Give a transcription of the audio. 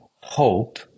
hope